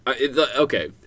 Okay